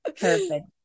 perfect